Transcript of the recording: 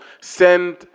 Send